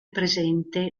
presente